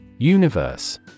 Universe